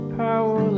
power